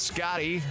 Scotty